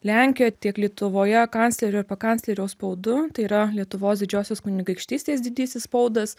lenkijoje tiek lietuvoje kanclerio ir pakanclerio spaudu tai yra lietuvos didžiosios kunigaikštystės didysis spaudas